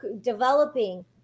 developing